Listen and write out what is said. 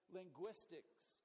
linguistics